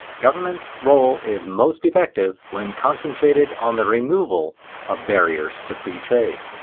government's role is most effective when concentrated on the removal of barriers to free trade.